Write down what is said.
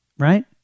Right